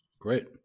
great